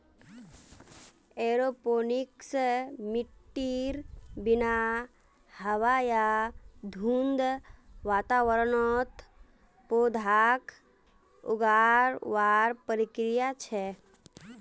aeroponics मिट्टीर बिना हवा या धुंध वातावरणत पौधाक उगावार प्रक्रिया छे